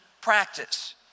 practice